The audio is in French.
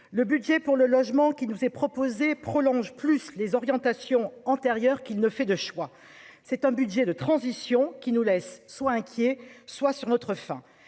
le budget pour le logement qui nous est proposé prolonge plus les orientations antérieures qu'il ne fait de choix, c'est un budget de transition qui nous laisse soient inquiets, soit sur notre faim,